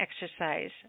exercise